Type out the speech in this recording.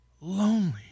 lonely